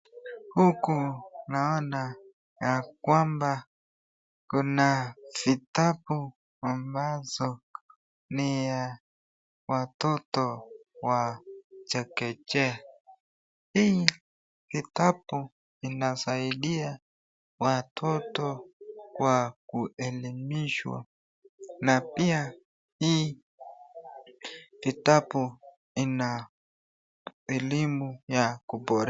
Huku naona ya kwamba kuna vitabu ambazo ni ya watoto wa chekechea. Hii vitabu inasaidia watoto kwa kuelimishwa na pia hii vitabu ina elimu ya kuboresha.